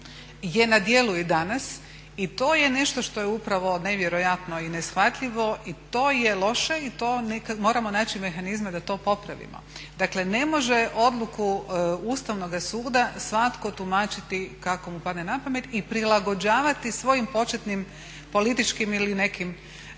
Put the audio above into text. je na djelu i danas i to je nešto što je upravo nevjerojatno i neshvatljivo i to je loše i to moramo naći mehanizme da to popravimo. Dakle, ne može odluku Ustavnoga suda svatko tumačiti kako mu padne na pamet i prilagođavati svojim početnim političkim ili nekim